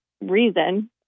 reason